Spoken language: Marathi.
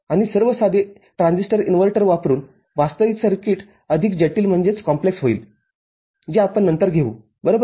आणि सर्व साधे ट्रान्झिस्टर इन्व्हर्टर वापरुन वास्तविक सर्किट अधिक जटिल होईल जे आपण नंतर घेऊ बरोबर